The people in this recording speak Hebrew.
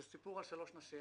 זה סיפור על שלוש נשים